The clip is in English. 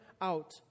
out